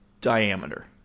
diameter